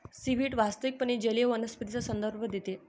seaweed वास्तविकपणे जलीय वनस्पतींचा संदर्भ देते